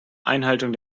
einhaltung